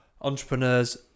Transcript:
entrepreneurs